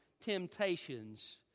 temptations